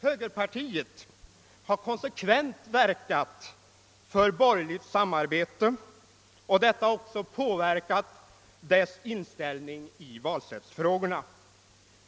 Högerpartiet har konsekvent verkat för borgerligt samarbete, och detta har också påverkat partiets inställning i valsättsfrågorna.